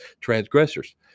transgressors